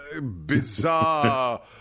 bizarre